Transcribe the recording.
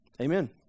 Amen